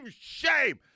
shame